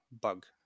bug